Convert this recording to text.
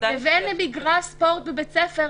לבין מגרש ספורט בבית ספר,